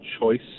choice